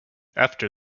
after